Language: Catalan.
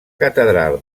catedral